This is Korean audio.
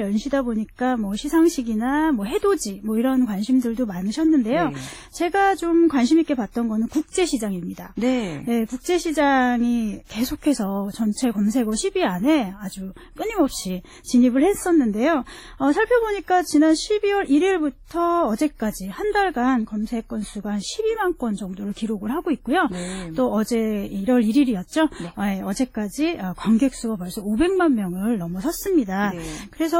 연시다 보니까 뭐 시상식이나 뭐 해돋이 뭐 이런 관심들도 많으셨는데요. 네. 제가 좀 관심 있게 봤던 거는 국제시장입니다. 네. 네, 국제시장이 계속해서 전체 검색어 10위 안에 아주 끊임없이 진입을 했었는데요. 어, 살펴보니까 지난 12월 1일부터 어제까지 한 달간 검색 건수가 한 12만 건 정도를 기록을 하고 있고요. 네. 또 어제 1월 1일이었죠. 네. 네, 어제까지, 아, 관객 수가 벌써 500만 명을 넘어섰습니다. 네. 그래서